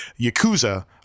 yakuza